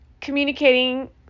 communicating